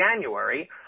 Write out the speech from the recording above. January